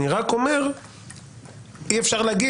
אפשר לחשוב